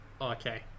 Okay